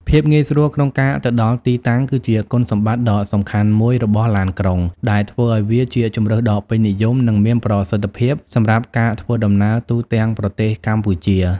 ភាពងាយស្រួលក្នុងការទៅដល់ទីតាំង គឺជាគុណសម្បត្តិដ៏សំខាន់មួយរបស់ឡានក្រុង ដែលធ្វើឱ្យវាជាជម្រើសដ៏ពេញនិយម និងមានប្រសិទ្ធភាពសម្រាប់ការធ្វើដំណើរទូទាំងប្រទេសកម្ពុជា។